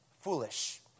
Foolish